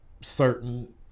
certain